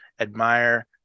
admire